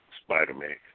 Spider-Man